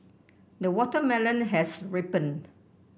the watermelon has ripened